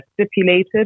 stipulated